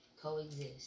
coexist